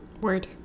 Word